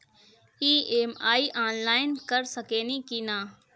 EMI online कर सकेनी की ना?